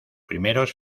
primeros